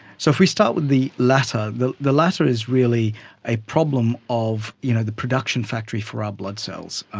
so if we start with the latter, the the latter is really a problem of you know the production factory for our blood cells,